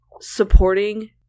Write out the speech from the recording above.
supporting